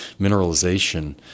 mineralization